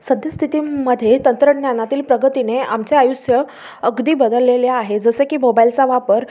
सद्यस्थितीमध्ये तंत्रज्ञानातील प्रगतीने आमचे आयुष्य अगदी बदललेले आहे जसे की मोबाईलचा वापर